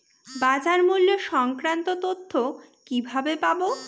বাজার মূল্য সংক্রান্ত তথ্য কিভাবে পাবো?